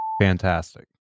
fantastic